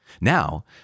Now